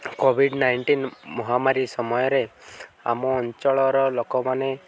Covid nineteen ମହାମାରୀ ସମୟରେ ଆମ ଅଞ୍ଚଳର ଲୋକମାନେ